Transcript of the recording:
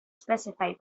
specify